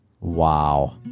Wow